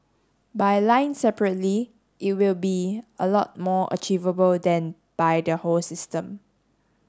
by line separately it will be a lot more achievable than by the whole system